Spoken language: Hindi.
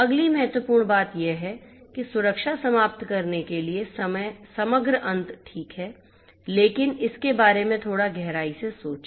अगली महत्वपूर्ण बात यह है कि सुरक्षा समाप्त करने के लिए समग्र अंत ठीक है लेकिन इसके बारे में थोड़ा गहराई से सोचें